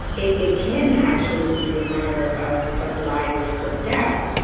it it can actually be a matter of of life or death